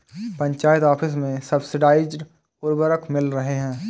panchayat office में subsidised उर्वरक मिल रहे हैं